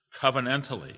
covenantally